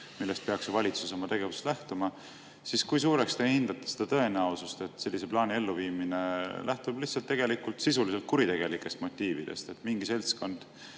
millest peaks ju valitsus oma tegevuses lähtuma: kui suureks te hindate tõenäosust, et sellise plaani elluviimine lähtub lihtsalt sisuliselt kuritegelikest motiividest? Mingi seltskond